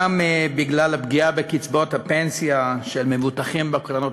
גם בגלל הפגיעה בקצבאות הפנסיה של מבוטחים בקרנות